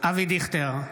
אבי דיכטר,